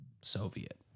Soviet